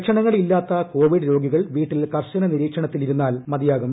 ലക്ഷണങ്ങളില്ലാത്ത Covid രോഗികൾ വീട്ടിൽ കർശന നിരീക്ഷണത്തിലിരുന്നാൽ മതിയാകും